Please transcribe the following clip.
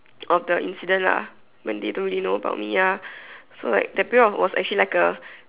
of the incident lah when they don't really know about me ya so like that period was actually like A